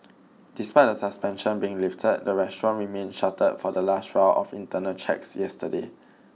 despite the suspension being lifted the restaurant remained shuttered for the last round of internal checks yesterday